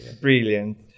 Brilliant